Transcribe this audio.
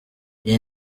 iyi